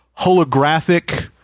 holographic